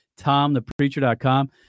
TomThePreacher.com